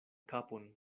kapon